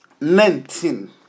nineteen